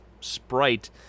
sprite